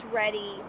ready